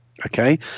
Okay